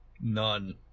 None